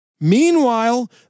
Meanwhile